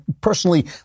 personally